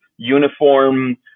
uniform